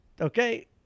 Okay